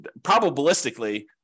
probabilistically